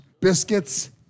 Biscuits